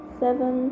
seven